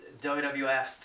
WWF